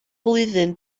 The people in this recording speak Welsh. flwyddyn